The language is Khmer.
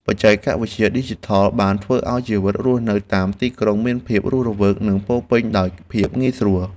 បច្ចេកវិទ្យាឌីជីថលបានធ្វើឱ្យជីវិតរស់នៅតាមទីក្រុងមានភាពរស់រវើក និងពោរពេញដោយភាពងាយស្រួល។